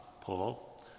Paul